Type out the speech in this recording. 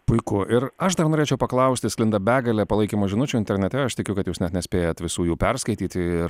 puiku ir aš dar norėčiau paklausti sklinda begalė palaikymo žinučių internete aš tikiu kad jūs net nespėjat visų jų perskaityti ir